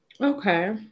Okay